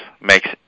makes